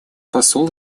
посол